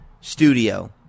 studio